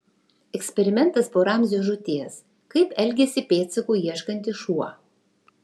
eksperimentas po ramzio žūties kaip elgiasi pėdsakų ieškantis šuo